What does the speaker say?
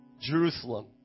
Jerusalem